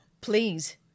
Please